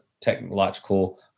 technological